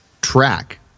track